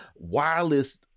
wireless